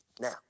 Now